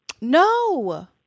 No